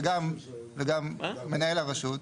וגם מנהל הרשות,